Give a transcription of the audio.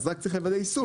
אז רק צריך לוודא יישום.